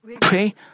pray